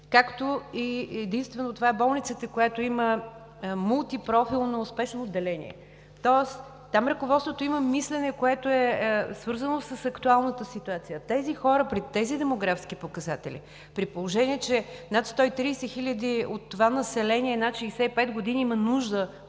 Това е единствената болница, която има мултипрофилно спешно отделение, тоест там ръководството има мислене, което е свързано с актуалната ситуация. Тези хора, при тези демографски показатели, при положение че над 130 хиляди от това население е над 65 години и има нужда